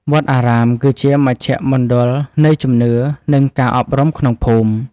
វត្តអារាមគឺជាមជ្ឈមណ្ឌលនៃជំនឿ និងការអប់រំក្នុងភូមិ។